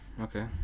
okay